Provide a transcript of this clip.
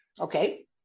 Okay